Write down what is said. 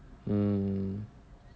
um